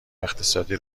اقتصادی